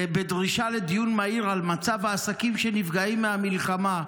דרישה לדיון מהיר על מצב העסקים שנפגעים מהמלחמה,